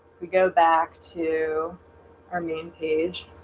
we go back to our main page